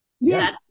Yes